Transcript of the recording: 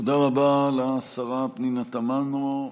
תודה רבה לשרה פנינה תמנו.